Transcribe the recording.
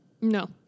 No